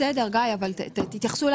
בסדר, גיא, אבל תסביר.